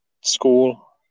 school